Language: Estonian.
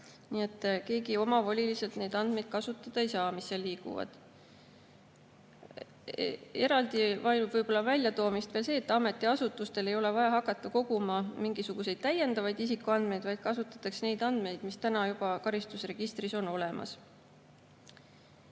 et keegi omavoliliselt ei saaks kasutada neid andmeid, mis seal liiguvad. Eraldi vajab väljatoomist võib‑olla veel see, et ametiasutustel ei ole vaja hakata koguma mingisuguseid täiendavaid isikuandmeid, vaid kasutatakse neid andmeid, mis on juba karistusregistris olemas.